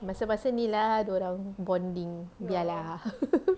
masa-masa ni lah dorang bonding biar lah